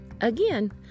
Again